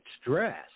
stress